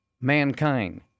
mankind